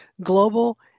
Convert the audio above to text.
Global